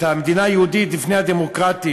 את המדינה היהודית לפני הדמוקרטית.